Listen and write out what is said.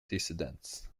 dissidents